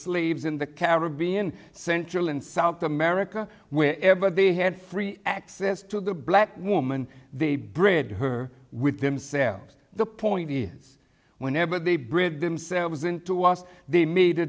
slaves in the caribbean central and south america where ever they had free access to the black woman they bred her with themselves the point is whenever they bred themselves into us they made a